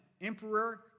emperor